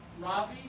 Ravi